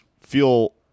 feel